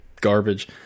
garbage